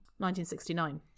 1969